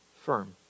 firm